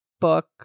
book